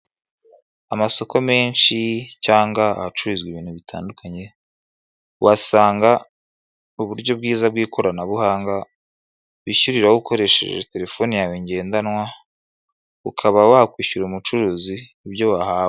Mu masoko menshi cyangw ahacururizwa ibintu bitandukanye, wasanga uburyo bwiza bw'ikoranabuhanga wishyuriraho ukoresheje telefone yawe ngendanwa, ukaba wakwishyura umucuruzi iibyo wahawe.